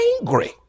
angry